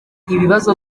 ibibazo